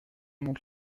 monte